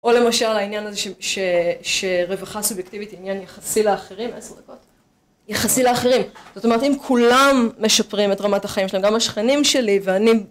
או למשל העניין הזה שרווחה סובייקטיבית היא עניין יחסי לאחרים יחסי לאחרים זאת אומרת אם כולם משפרים את רמת החיים שלהם גם השכנים שלי ואני